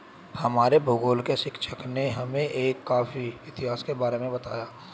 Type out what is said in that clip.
हमारे भूगोल के शिक्षक ने हमें एक कॉफी इतिहास के बारे में बताया